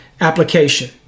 application